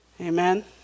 Amen